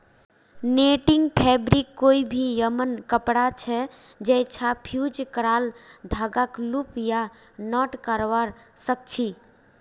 netting fabric कोई भी यममन कपड़ा छ जैइछा फ़्यूज़ क्राल धागाक लूप या नॉट करव सक छी